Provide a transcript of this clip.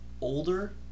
older